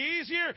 easier